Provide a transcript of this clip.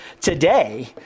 today